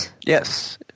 Yes